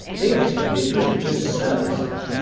they attended religious services,